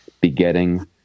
begetting